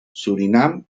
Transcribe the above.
surinam